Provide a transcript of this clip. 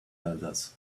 elders